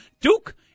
Duke